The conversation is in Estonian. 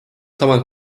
samal